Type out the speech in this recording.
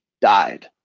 died